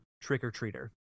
trick-or-treater